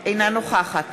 אינה נוכחת